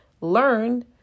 learn